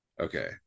okay